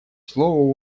слово